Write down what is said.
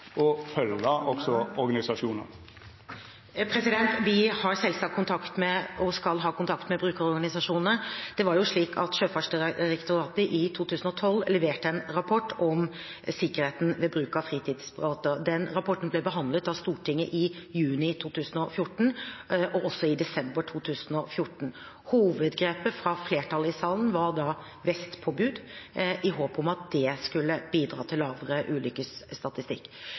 og følgja opp organisasjonane. Vi har – og skal selvsagt ha – kontakt med brukerorganisasjonene. Det var jo slik at Sjøfartsdirektoratet i 2012 leverte en rapport om sikkerheten ved bruk av fritidsbåter. Den rapporten ble behandlet av Stortinget i juni 2014 og også i desember 2014. Hovedgrepet fra flertallet i salen var da vestpåbud, i håp om at det skulle bidra til lavere ulykkesstatistikk.